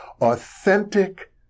authentic